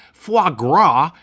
foie gras,